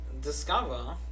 discover